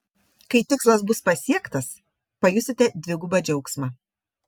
kai tikslas bus pasiektas pajusite dvigubą džiaugsmą